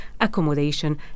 accommodation